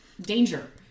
danger